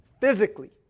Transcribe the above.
physically